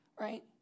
Right